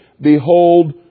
Behold